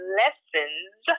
lessons